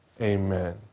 amen